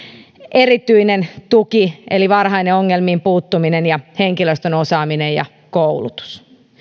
erityinen tuki eli varhainen ongelmiin puuttuminen ja henkilöstön osaaminen ja koulutus